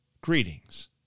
greetings